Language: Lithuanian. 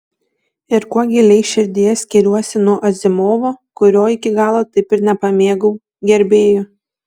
ir kuo giliai širdyje skiriuosi nuo azimovo kurio iki galo taip ir nepamėgau gerbėjų